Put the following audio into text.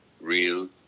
real